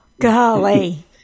Golly